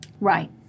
Right